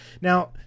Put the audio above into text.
Now